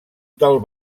del